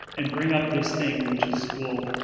and bring up this thing which is, will.